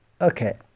okay